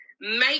Make